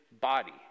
body